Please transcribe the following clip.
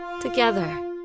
together